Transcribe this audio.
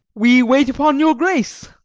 we wait upon your grace.